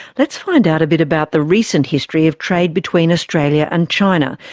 let's find out a bit about the recent history of trade between australia and china,